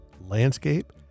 landscape